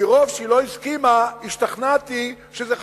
מרוב שהיא לא הסכימה, השתכנעתי שזה חשוב.